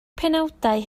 penawdau